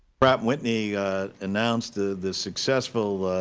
pratt whitney announced the the successful